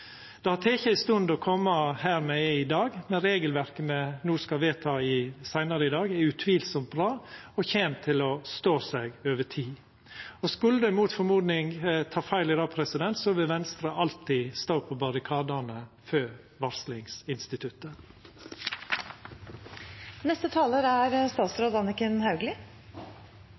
Det har teke ei stund å koma her me er i dag, men regelverket me skal vedta seinare i dag, er utvilsamt bra og kjem til å stå seg over tid. Og skulle ein heilt uventa ta feil i det, vil Venstre alltid stå på barrikadane for